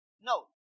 No